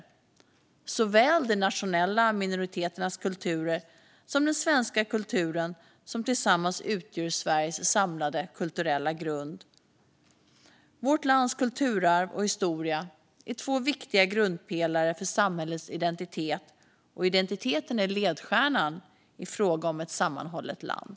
Det gäller såväl de nationella minoriteternas kulturer som den svenska kulturen, som tillsammans utgör Sveriges samlade kulturella grund. Vårt lands kulturarv och historia är två viktiga grundpelare för samhällets identitet, och identiteten är ledstjärnan i frågan om ett sammanhållet land.